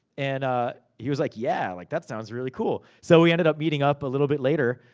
and ah he was like, yeah, like that sounds really cool. so, we ended up meeting up a little bit later.